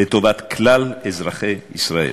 לטובת כלל אזרחי ישראל.